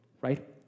right